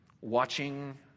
watching